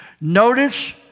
Notice